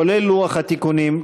כולל לוח התיקונים,